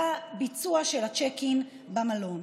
בביצוע הצ'ק-אין במלון.